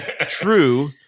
true